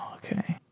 okay.